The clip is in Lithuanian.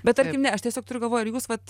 bet tarkim ne aš tiesiog turiu galvoj ar jūs vat